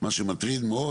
וזה מה שמטריד מאוד,